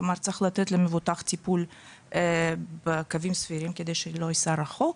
כלומר צריך לתת למבוטח טיפול בקווים סבירים כדי שלא ייסע רחוק,